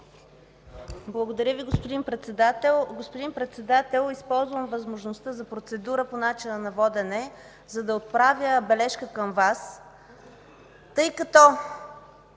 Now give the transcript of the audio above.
Благодаря Ви, господин Председател. Господин Председател, използвам възможността за процедура по начина на водене, за да отправя бележка към Вас, тъй като